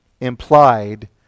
implied